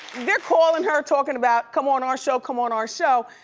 they're calling her talking about come on our show, come on our show,